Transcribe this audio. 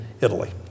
Italy